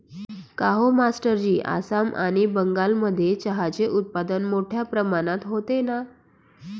काहो मास्टरजी आसाम आणि बंगालमध्ये चहाचे उत्पादन मोठया प्रमाणात होते ना